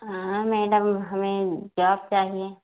हाँ मैडम हमें जॉब चाहिए